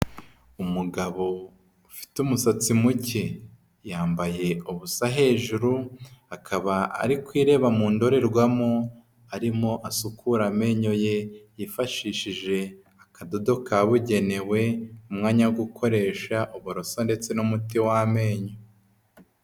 Umugabo ufite umusatsi muke yambaye ubusa hejuru akaba ari ku ireba mu ndorerwamo arimo asukura amenyo ye yifashishije akadodo kabugenewe umwanya wo gukoresha uburoso ndetse n'umuti w'amenyo.